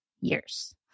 years